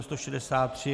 163.